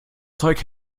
zeug